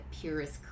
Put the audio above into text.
purest